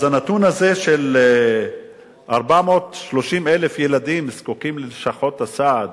אז הנתון הזה של 430,000 ילדים שזקוקים ללשכות הסעד,